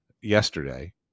yesterday